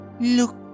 Look